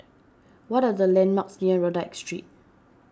what are the landmarks near Rodyk Street